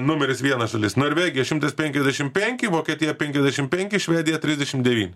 numeris vienas šalis norvegija šimtas penkiasdešim penki vokietija penkiasdešim penki švedija trisdešim devyni